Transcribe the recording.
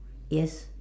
yes